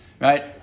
right